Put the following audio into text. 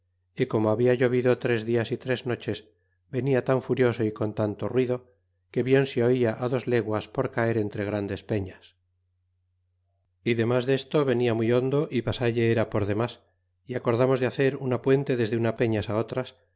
y como habia llovido tres dias y tres noches venia tan furioso y con tanto ruido que bien se ola dos legues por caer entre grandes peñas y demas desto venia muy hondo y pasalle era por demas y acordamos de hacer una puente desde unas pealas á otras